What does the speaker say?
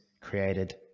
created